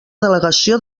delegació